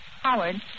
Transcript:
Howard